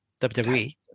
WWE